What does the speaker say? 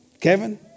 Kevin